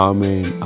Amen